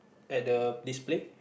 at the display